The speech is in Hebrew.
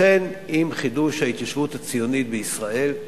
לכן, עם חידוש ההתיישבות הציונית בישראל,